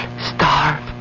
starve